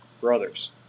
brothers